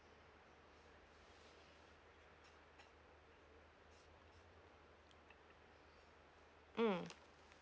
mm